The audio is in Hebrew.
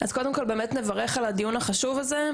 קודם כל נברך על הדיון החשוב הזה,